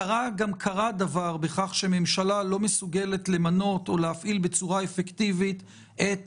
קרה גם קרה דבר ככל שממשלה לא מסוגלת למנות או להפעיל בצורה אפקטיבית את